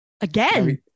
Again